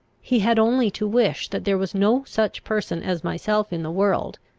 he had only to wish that there was no such person as myself in the world,